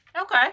okay